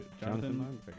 Jonathan